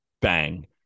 Bang